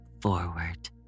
forward